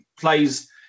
plays